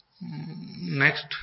Next